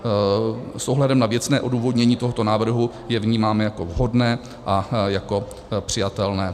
S ohledem na věcné odůvodnění tohoto návrhu je vnímám jako vhodné a jako přijatelné.